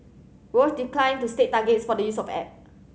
Roche declined to state targets for the use of app